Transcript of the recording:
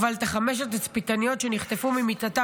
אבל את חמש התצפיתניות שנחטפו ממיטתן